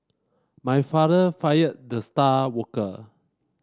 my father fired the star worker